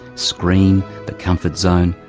screen, the comfort zone,